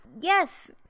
Yes